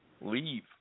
Leave